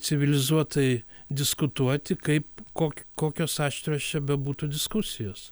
civilizuotai diskutuoti kaip kok kokios aštrios čia bebūtų diskusijos